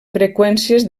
freqüències